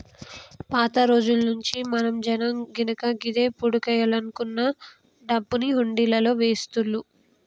పాత రోజుల్నుంచీ మన జనం గినక దేవుడికియ్యాలనుకునే డబ్బుని హుండీలల్లో వేస్తుళ్ళు